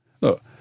look